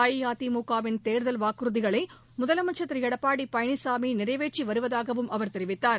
அஇஅதிமுகவின் தேர்தல் வாக்குறுதிகளை முதலமைச்சர் திரு எடப்பாடி பழனிசாமி நிறைவேற்றி வருவதாகவும் அவர் தெரிவித்தார்